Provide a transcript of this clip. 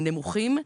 הם נמוכים.